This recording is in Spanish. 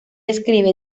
escribe